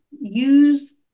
use